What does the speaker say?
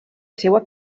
seua